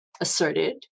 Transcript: asserted